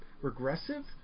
regressive